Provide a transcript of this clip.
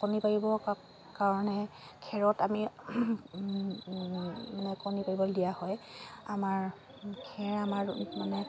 কণী পাৰিবৰ কাৰণে খেৰত আমি মানে কণী পাৰিবলৈ দিয়া হয় আমাৰ খেৰ আমাৰ মানে